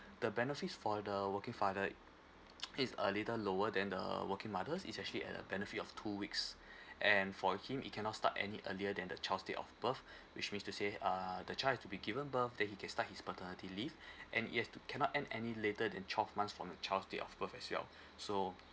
the benefits for the working father is a little lower than the working mothers is actually at a benefit of two weeks and for him he cannot start any earlier than the child date of birth which means to say uh the child has to be given birth then he can starts his paternity leave and yes cannot end any later than twelve months from your child date of birth as well so